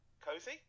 cozy